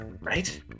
right